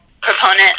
proponent